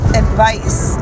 advice